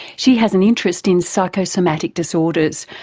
she has an interest in psychosomatic disorders,